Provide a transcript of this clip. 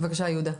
בבקשה, יהודה.